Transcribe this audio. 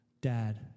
dad